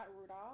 Rudolph